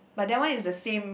but that one is the same